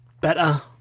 better